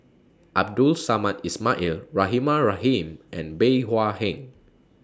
Abdul Samad Ismail Rahimah Rahim and Bey Hua Heng